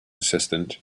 assistant